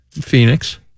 Phoenix